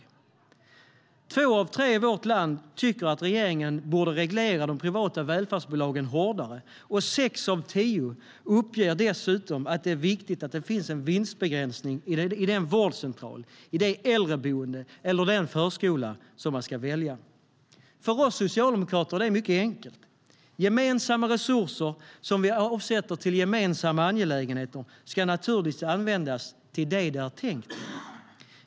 För oss socialdemokrater är det mycket enkelt. Gemensamma resurser som vi avsätter till gemensamma angelägenheter ska naturligtvis användas till det som de är tänkta att användas till.